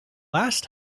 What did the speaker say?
last